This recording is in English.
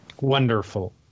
Wonderful